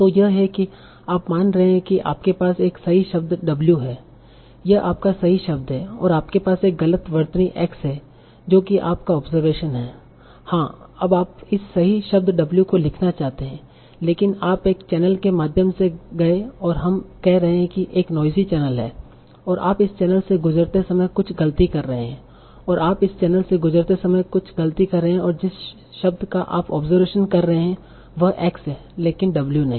तो यह है कि आप मान रहे हैं कि आपके पास एक सही शब्द w है यह आपका सही शब्द है और आपके पास एक गलत वर्तनी x है जो कि आप का ऑब्जरवेशन है हाँ अब आप इस सही शब्द w को लिखना चाहते थे लेकिन आप एक चैनल के माध्यम से गए और हम कह रहे हैं कि एक नोइज़ी चैनल है और आप इस चैनल से गुजरते समय कुछ गलती कर रहे हैं और आप इस चैनल से गुजरते समय कुछ गलती कर रहे हैं और जिस शब्द का आप ऑब्जरवेशन कर रहे हैं वह x है लेकिन w नहीं